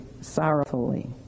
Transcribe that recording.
sorrowfully